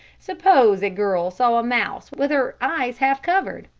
suppose a girl saw a mouse with her eyes half covered,